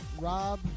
Rob